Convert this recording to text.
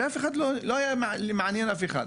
וזה לא עניין אף אחד.